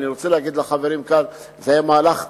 אני רוצה לומר לחברים כאן שזה היה מהלך ארוך,